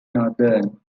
northern